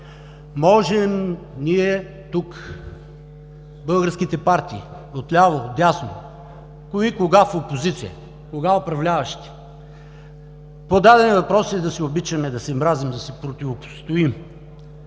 можем ние тук, българските партии отляво, отдясно, кои кога в опозиция, кога управляващи, по дадени въпроси да се обичаме, да се мразим, да си противостоим,